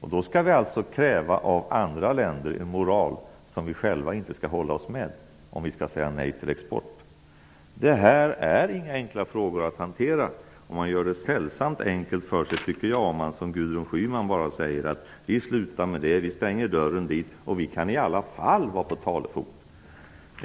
Då skall vi alltså kräva en moral av andra länder som vi själva inte skall hålla oss med om vi säger nej till export. Detta är inga enkla frågor att hantera. Jag tycker att man gör det sällsamt enkelt för sig om man som Gudrun Schyman säger att vi slutar med det och stänger dörren dit. Vi kan i alla kan vara på talefot med dem.